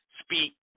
speak